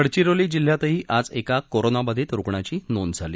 गडचिरोली जिल्ह्यातही आज एका कोरोनाबाधित तरुग्णांची नोंद झाली